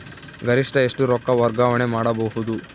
ಗರಿಷ್ಠ ಎಷ್ಟು ರೊಕ್ಕ ವರ್ಗಾವಣೆ ಮಾಡಬಹುದು?